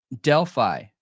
Delphi